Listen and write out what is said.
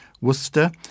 Worcester